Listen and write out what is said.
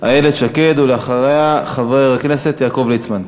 איילת שקד, ואחריה, חבר הכנסת יעקב ליצמן.